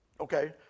Okay